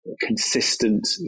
consistent